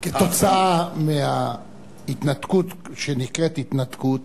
כתוצאה מההתנתקות שנקראת "התנתקות",